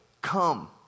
come